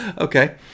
Okay